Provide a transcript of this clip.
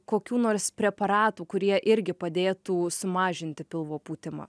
kokių nors preparatų kurie irgi padėtų sumažinti pilvo pūtimą